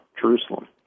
Jerusalem